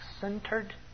centered